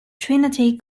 trinity